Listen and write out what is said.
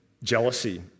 jealousy